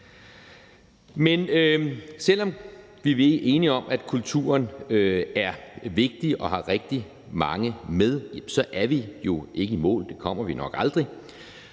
Men selv om vi er enige om, at kulturen er vigtig og har rigtig mange med, så er vi jo ikke i mål – og det kommer vi nok aldrig.